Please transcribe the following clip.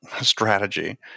strategy